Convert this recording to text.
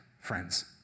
friends